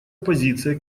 позиция